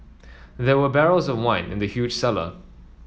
there were barrels of wine in the huge cellar